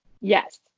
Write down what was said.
Yes